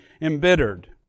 embittered